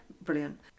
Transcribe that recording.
Brilliant